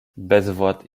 bezwład